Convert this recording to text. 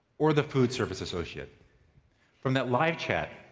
or the food service associate from that live chat,